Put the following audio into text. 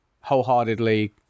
wholeheartedly